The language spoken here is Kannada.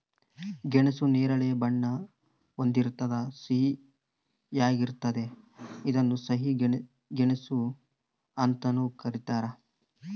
ಗೆಣಸು ನೇರಳೆ ಬಣ್ಣ ಹೊಂದಿರ್ತದ ಸಿಹಿಯಾಗಿರ್ತತೆ ಇದನ್ನ ಸಿಹಿ ಗೆಣಸು ಅಂತಾನೂ ಕರೀತಾರ